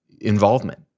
involvement